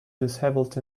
dishevelled